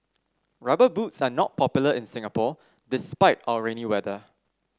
rubber boots are not popular in Singapore despite our rainy weather